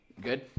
Good